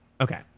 okay